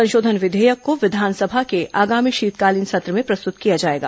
संशोधन विधेयक को विधानसभा के आगामी शीतकालीन सत्र में प्रस्तुत किया जाएगा